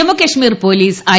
Jammu Kashmir police I